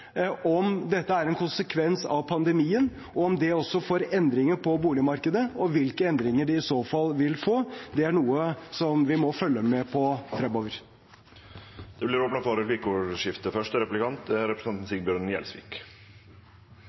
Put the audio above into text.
om dette er en konsekvens av pandemien, om det fører til endringer i boligmarkedet, og hvilke endringer det i så fall vil føre til. Det er noe vi må følge med på fremover. Det vert replikkordskifte. Det er